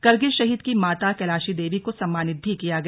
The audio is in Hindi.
करगिल शहीद की माता कैलाशी देवी को को सम्मानित भी किया गया